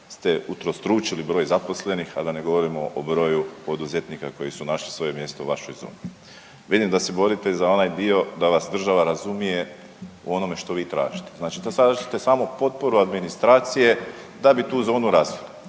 ste utrostručili broj zaposlenih, a da ne govorimo o broju poduzetnika koji su našli svoje mjesto u vašoj zoni. Vidim da se borite za onaj dio da vas država razumije u onome što vi tražite. Znači da tražite samo potporu administracije da bi tu zonu